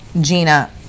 Gina